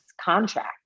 contract